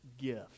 gift